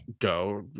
go